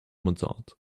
mozart